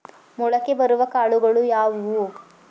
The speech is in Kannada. ಮೊಳಕೆ ಬರುವ ಕಾಳುಗಳು ಯಾವುವು?